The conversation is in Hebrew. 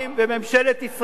תודה רבה.